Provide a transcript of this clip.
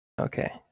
Okay